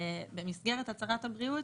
במסגרת הצהרת הבריאות,